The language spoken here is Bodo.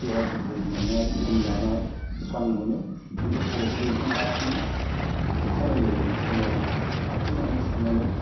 देहा दुरबल मोननाय लोमजानाय स्रां मोनो खिन्थु खर'खौ दैखांनो हायाखैमोन अखानायै फुङाव आइथिं आखाय सुनानै